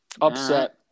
Upset